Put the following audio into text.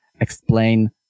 explain